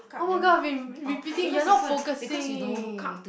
oh my god I've been re~ repeating you are not focusing